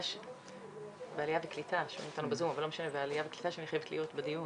לא השבנו כמובן